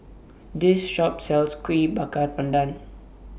This Shop sells Kuih Bakar Pandan